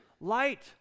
Light